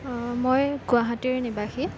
মই গুৱাহাটীৰ নিৱাসী